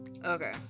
Okay